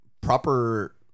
Proper